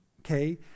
okay